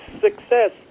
success